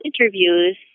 interviews